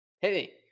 Hey